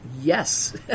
yes